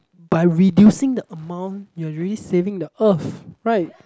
by reducing the amount you're already saving the earth right